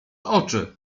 oczy